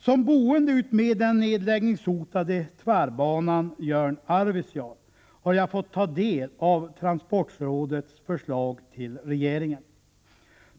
”Som boende utmed den nedläggningshotade tvärbanan Jörn-Arvidsjaur har jag fått ta del av Transportrådets förslag till regeringen.